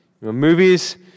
Movies